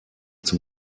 zum